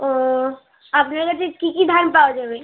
ও আপনার কাছে কী কী ধান পাওয়া যাবে